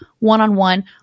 one-on-one